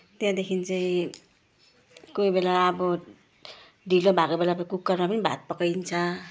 त्यहाँदेखि चाहिँ कोही बेला अब ढिलो भएको बेला कुकरमा पनि भात पकाइन्छ